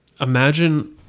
Imagine